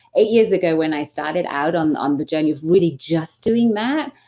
eight years ago when i started out on on the journey of really just doing that,